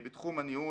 בתחום הניהול,